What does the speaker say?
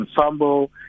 ensemble